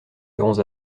serons